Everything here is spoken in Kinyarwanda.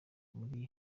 muri